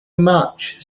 much